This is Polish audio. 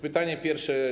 Pytanie pierwsze.